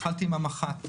התחלתי עם המח"ט,